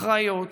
אחריות